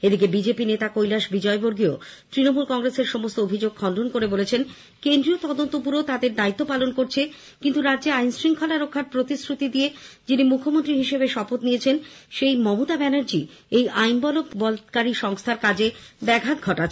এদিকে বিজেপি নেতা কৈলাশ বিজয়বর্গীয় তৃণমূল কংগ্রেসের সমস্ত অভিযোগ খন্ডন করে বলেছেন কেন্দ্রীয় তদন্ত ব্যুরো তাদের দায়িত্ব পালন করছে কিন্তু রাজ্যের আইন শঙ্খলা রক্ষার প্রতিশ্রুতি দিয়ে যিনি মুখ্যমন্ত্রী হিসেবে শপথ নিয়েছেন সেই মমতা ব্যানার্জি এই আইন বলবতকারী সংস্থার কাজে ব্যাঘাত ঘটাচ্ছেন